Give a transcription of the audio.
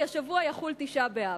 כי השבוע יחול תשעה באב.